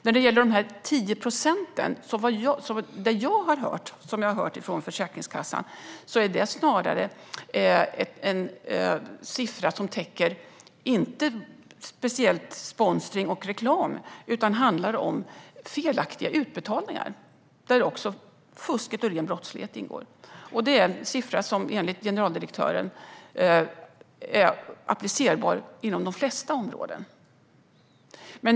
Vad gäller dessa 10 procent är det snarare, vad jag har hört från Försäkringskassan, en siffra som inte speciellt täcker sponsring och reklam utan som handlar om felaktiga utbetalningar. Där ingår också fusk och ren brottslighet. Enligt generaldirektören är det här en siffra som är applicerbar på de flesta områden.